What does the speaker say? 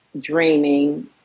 dreaming